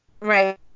right